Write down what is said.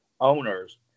owners